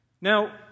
Now